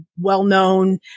well-known